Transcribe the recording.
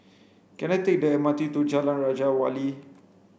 can I take the M R T to Jalan Raja Wali